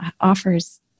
offers